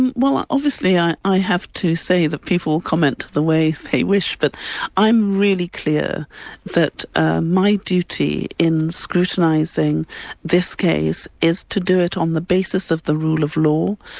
and well obviously i i have to say that people comment the way they wish, but i'm really clear that ah my duty in scrutinising this case is to do it on the basis of the rule of law,